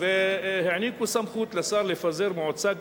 והעניקו סמכות לשר לפזר מועצה,